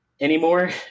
anymore